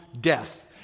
death